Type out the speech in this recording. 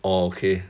orh okay